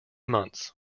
months